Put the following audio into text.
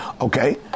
Okay